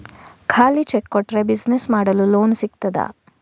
ಖಾಲಿ ಚೆಕ್ ಕೊಟ್ರೆ ಬಿಸಿನೆಸ್ ಮಾಡಲು ಲೋನ್ ಸಿಗ್ತದಾ?